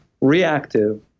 reactive